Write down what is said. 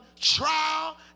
trial